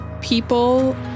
people